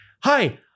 Hi